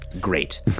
Great